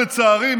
לצערי,